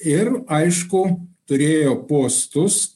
ir aišku turėjo postus